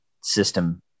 system